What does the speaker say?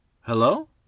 Hello